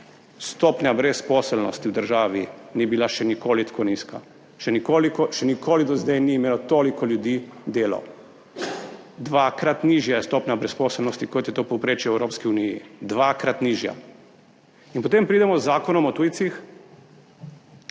stopnja brezposelnosti v državi ni bila še nikoli tako nizka. Še nikoli do zdaj ni imelo toliko ljudi delo. Dvakrat nižja stopnja brezposelnosti, kot je to povprečje v Evropski uniji. Dvakrat nižja. In potem pridemo z zakonom o tujcih,